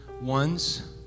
ones